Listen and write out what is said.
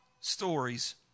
stories